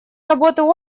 работы